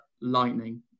lightning